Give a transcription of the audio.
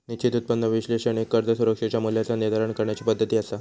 निश्चित उत्पन्न विश्लेषण एक कर्ज सुरक्षेच्या मूल्याचा निर्धारण करण्याची पद्धती असा